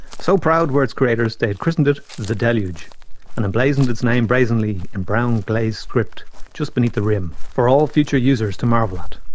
so proud were its creators that they had christened it the deluge and emblazoned its name brazenly in brown glazed script just beneath the rim, for all future users to marvel at.